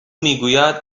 میگوید